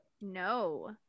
No